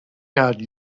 out